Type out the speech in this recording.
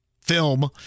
film